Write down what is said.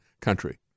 country